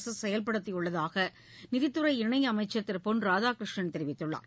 அரசு செயல்படுத்தியுள்ளதாக நிதித்துறை இணையமைச்சர் திரு பொன் ராதாகிருஷ்ணன் தெரிவித்துள்ளார்